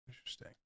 Interesting